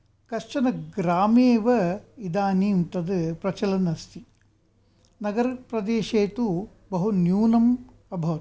कश्चनग्रामे एव इदानीं तत् प्रचलन्नस्ति नगरप्रदेशे तु बहु न्यूनम् अभवत्